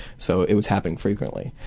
so it was happening frequently,